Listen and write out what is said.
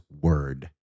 word